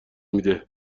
میده